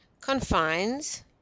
Confines